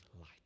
light